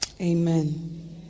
Amen